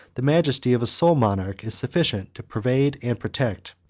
the majesty of a sole monarch is sufficient to pervade and protect,